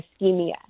ischemia